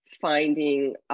Finding